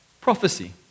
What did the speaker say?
prophecy